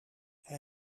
hij